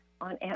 on